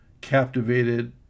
captivated